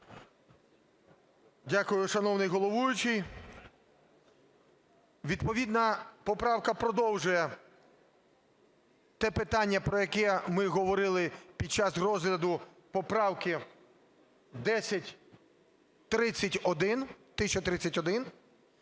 Дякую, шановний головуючий. Відповідна поправка продовжує те питання, про яке ми говорили під час розгляду поправки 1031.